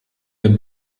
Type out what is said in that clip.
der